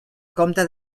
compte